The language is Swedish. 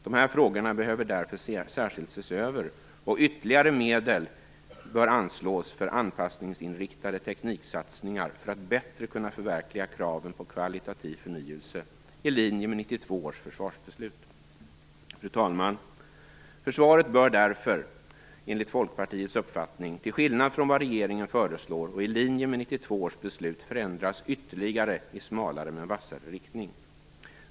Dessa frågor behöver därför särskilt ses över, och ytterligare medel bör anslås för anpassningsinriktade tekniksatsningar för att bättre kunna förverkliga kraven på kvalitativ förnyelse i linje med 1992 års försvarsbeslut. Fru talman! Enligt Folkpartiets uppfattning bör försvaret därför, till skillnad från vad regeringen föreslår och i linje med 1992 års beslut, förändras ytterligare i "smalare men vassare" riktning.